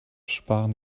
sparen